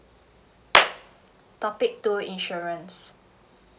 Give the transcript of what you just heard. topic two insurance